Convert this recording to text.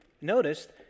noticed